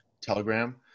Telegram